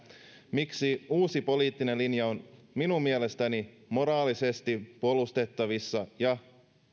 miksi uusi poliittinen linja on minun mielestäni moraalisesti puolustettavissa ja